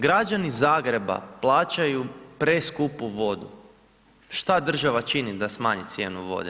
Građani Zagreba plaćaju preskupu vodu, šta država čini da smanji cijenu vode?